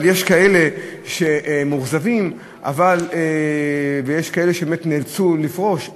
יש כאלה שמאוכזבים ויש כאלה שבאמת נאלצו לפרוש,